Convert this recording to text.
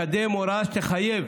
לקדם הוראה שתחייב